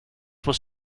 was